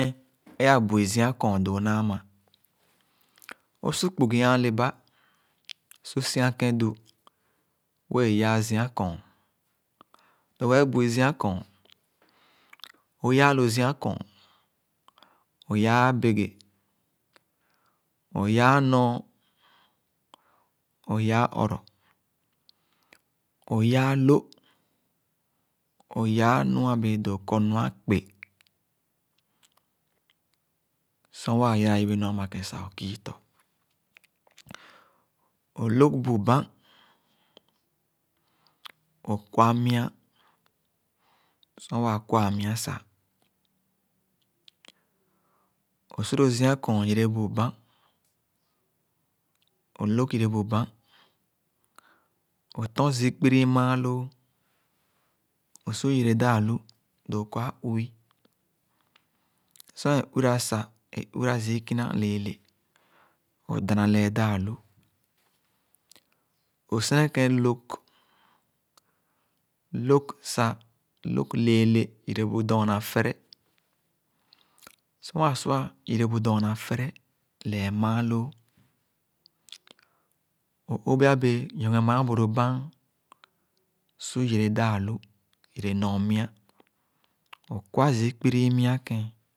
Ẽh, kẽn a bu-i zia kɔɔn doo naa mà. Õ-su kpugi ãã lebah su si-an kẽn du wẽẽ yãã zia kɔɔn, õ-yaa abege, õ-yaa nɔɔ, õ-yàà ɔrɔ, o-yãã lõh, õ-yãã nua bẽẽ doo kɔr nu akpe. Sor waa yara yibe nu ama sah, õ-kii tɔ. Õ-lõg bu bãn, õ-kwa mya, sor waa kwa mya sah, õ-su lo zia kɔɔn yere bu bãn. Õ-lõg yere bu bãn, õ-tɔ̃n zii kpiri mããn loo, õ-su yere daa-lu sah doo kɔr a uwi. Sor ẽ uwira sah, ẽ uwira zii kina kina lẽẽle, õ-dana lee daa-lu Õ-sikẽn lõg, lõg sah, lõg leele yere bu dɔɔna fere. Sor waa sua yere bu dɔɔna fere, lee mããn loo, õ-bea bee nyonghe mããn bu lo bãn, su yere daa-lu, yere nyor mya, õ-kwa zii kpiri mya kén.